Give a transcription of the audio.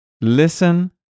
Listen